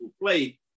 play